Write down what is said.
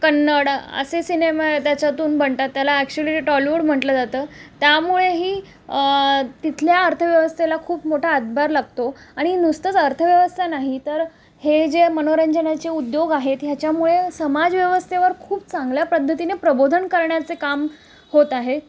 कन्नड असे सिनेमा त्याच्यातून बनतात त्याला ॲक्चुअली ते टॉलिवूड म्हटलं जातं त्यामुळेही तिथल्या अर्थव्यवस्थेला खूप मोठा हातभार लागतो आणि नुसतंच अर्थव्यवस्था नाही तर हे जे मनोरंजनाचे उद्योग आहेत ह्याच्यामुळे समाजव्यवस्थेवर खूप चांगल्या पद्धतीने प्रबोधन करण्याचे काम होत आहे